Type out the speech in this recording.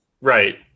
Right